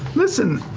listen,